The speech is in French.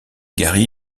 gary